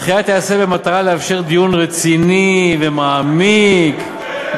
הדחייה תיעשה במטרה לאפשר דיון רציני ומעמיק, יפה,